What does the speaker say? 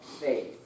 faith